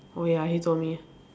oh ya he told me